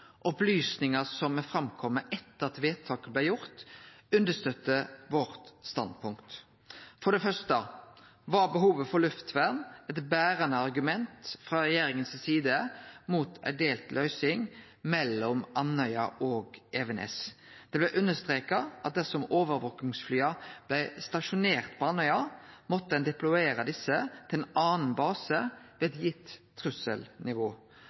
Opplysningar som har kome fram etter at vedtaket blei gjort, støttar opp under standpunktet vårt. For det første var behovet for luftvern eit berande argument frå regjeringa si side mot ei delt løysing mellom Andøya og Evenes. Det blei understreka at dersom overvakingsflya blei stasjonerte på Andøya, måtte ein deployere desse til ein annan base ved eit gitt trusselnivå.